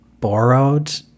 borrowed